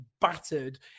battered